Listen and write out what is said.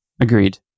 Agreed